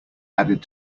added